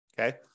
okay